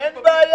ינון, אין בעיה.